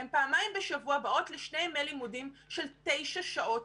הן פעמיים בשבוע באות לשני ימי לימודים של תשע שעות